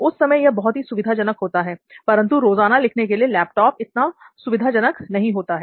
उस समय यह बहुत ही सुविधाजनक होता है परंतु रोजाना लिखने के लिए लैपटॉप इतना सुविधाजनक नहीं होता है